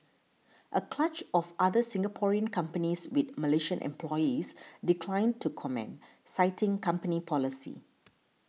a clutch of other Singaporean companies with Malaysian employees declined to comment citing company policy